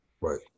Right